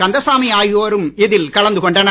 கந்தசாமி ஆகியோரும் இதில் கலந்து கொண்டனர்